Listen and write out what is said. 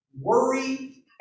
worry